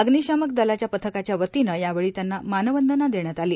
अग्निशामक दलाच्या पथकाच्या वतीनं यावेळी त्यांना मानवंदना देण्यात आली